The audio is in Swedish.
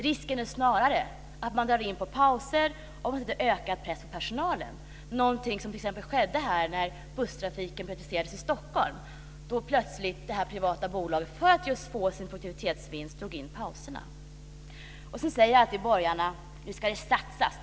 Risken är snarare att man drar in på pauser och ökar pressen på personalen, någonting som skedde när busstrafiken privatiserades i Stockholm då det privata bolaget, för att få sin produktivitetsvinst, drog in pauserna. Sedan säger alltid borgarna att det nu ska satsas.